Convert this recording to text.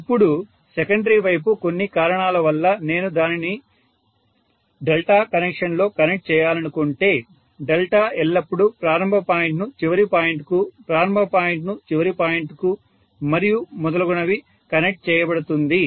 ఇప్పుడు సెకండరీ వైపు కొన్ని కారణాల వల్ల నేను దానిని డెల్టా కనెక్షన్లో కనెక్ట్ చేయాలనుకుంటే డెల్టా ఎల్లప్పుడూ ప్రారంభ పాయింట్ ను చివరి పాయింటుకు ప్రారంభ పాయింట్ ను చివరి పాయింటుకు మరియు మొదలగునవి కనెక్ట్ చేయబడుతుంది